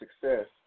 success